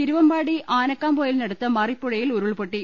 തിരുവമ്പാടി ആനക്കാംപൊയി ലിനടുത്ത് മറിപ്പുഴയിൽ ഉരുൾപൊട്ടി